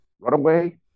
runaway